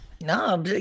No